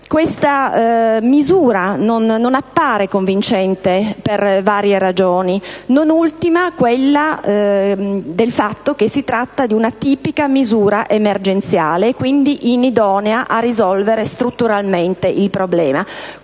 questa misura non appare convincente per varie ragioni, non ultima il fatto di essere una tipica misura emergenziale e quindi inidonea a risolvere strutturalmente il problema.